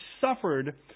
suffered